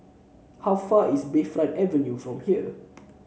how far is Bayfront Avenue from here